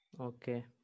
Okay